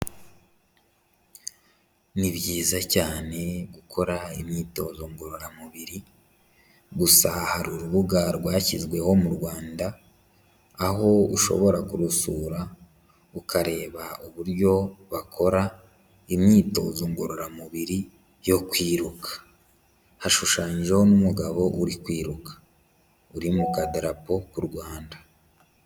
Ni byiza cyane gukora imyitozo ngororamubiri, gusa hari urubuga rwashyizweho mu Rwanda, aho ushobora kurusura ukareba uburyo bakora imyitozo ngororamubiri yo kwiruka, hashushanyijeho n'umugabo uri kwiruka, uri mu kadarapo k'u Rwanda.